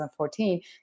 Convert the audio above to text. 2014